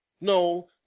No